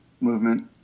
movement